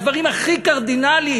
בדברים הכי קרדינליים,